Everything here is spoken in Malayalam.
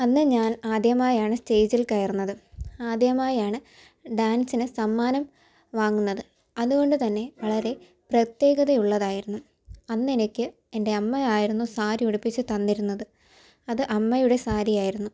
അന്ന് ഞാൻ ആദ്യമായാണ് സ്റ്റേജിൽ കയറുന്നത് ആദ്യമായാണ് ഡാൻസിന് സമ്മാനം വാങ്ങുന്നത് അതുകൊണ്ട് തന്നെ വളരെ പ്രത്യേകത ഉള്ളതായിരുന്നു അന്നെനിക്ക് എൻ്റെ അമ്മ ആയിരുന്നു സാരി ഉടുപ്പിച്ച് തന്നിരുന്നത് അത് അമ്മയുടെ സാരി ആയിരുന്നു